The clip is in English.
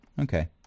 Okay